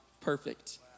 perfect